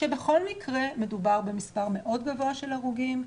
כשבכל מקרה מדובר במספר מאוד גבוה של הרוגים,